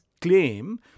claim